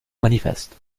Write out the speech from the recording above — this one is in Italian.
manifesto